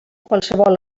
qualsevol